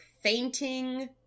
fainting